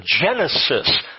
genesis